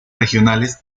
regionales